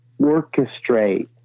orchestrate